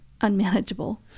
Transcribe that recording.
unmanageable